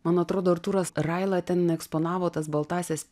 man atrodo artūras raila ten eksponavo tas baltąsias